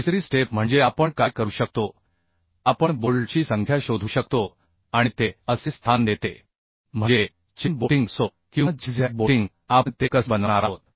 तिसरी स्टेप म्हणजे आपण काय करू शकतो आपण बोल्टची संख्या शोधू शकतो आणि ते असे स्थान देते म्हणजे चेन बोल्टिंग असो किंवा झिगझॅग बोल्टिंग आपण ते कसे बनवणार आहोत